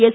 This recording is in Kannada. ಎಸ್